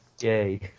Yay